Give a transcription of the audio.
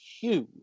huge